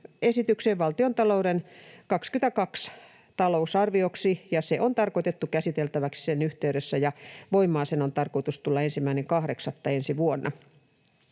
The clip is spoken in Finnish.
esitykseen valtiontalouden 22 talousarvioksi, ja se on tarkoitettu käsiteltäväksi sen yhteydessä, ja voimaan sen on tarkoitus tulla 1.8.